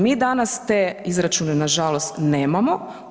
Mi danas te izračune nažalost nemamo.